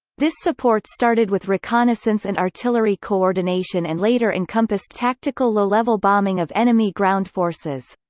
this support started with reconnaissance and artillery co-ordination and later encompassed tactical low-level bombing of enemy ground forces.